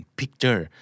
picture